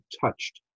touched